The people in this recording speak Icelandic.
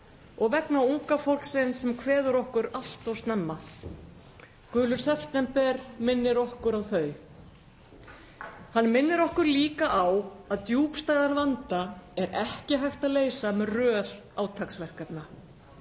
og vegna unga fólksins sem kveður okkur allt of snemma. Gulur september minnir okkur á þau. Hann minnir okkur líka á að djúpstæðan vanda er ekki hægt að leysa með röð átaksverkefna.